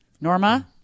Norma